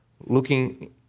looking